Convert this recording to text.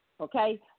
okay